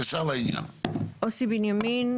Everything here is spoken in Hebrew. אוסי בנימין,